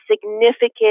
significant